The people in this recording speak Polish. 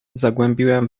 zagłębiłem